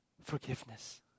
Forgiveness